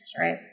right